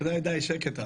די, די, שקט את.